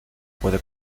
puede